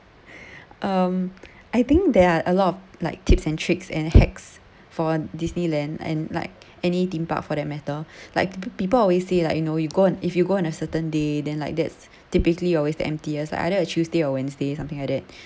um I think there are a lot of like tips and tricks and hacks for disneyland and like any theme park for that matter like people always say like you know you go and if you go on a certain day then like that's typically always the emptiest like either a tuesday or wednesday something like that